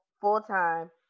full-time